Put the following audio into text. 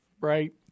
right